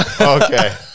Okay